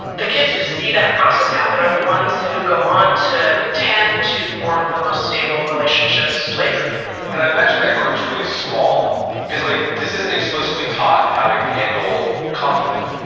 the kids who see that process happen are the ones who go on to tend to form the most stable relationships later and i imagine that group's really small because like this isn't explicitly taught how to handle conflict,